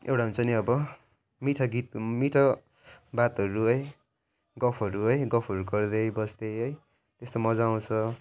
एउटा हुन्छ नि अब मिठा गीत मिठो बातहरू है गफहरू है गफहरू गर्दै बस्दै है यस्तो मजा आउँछ